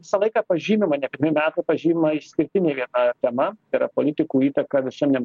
visą laiką pažymima ne pirmi metai pažymima išskirtinė viena tema tai yra politikų įtaka visuomenėm